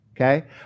okay